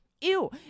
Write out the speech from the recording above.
ew